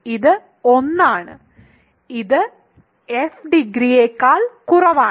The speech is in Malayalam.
ഇത് 1 ആണ് ഇത് f ഡിഗ്രിയേക്കാൾ കുറവ് ആണ്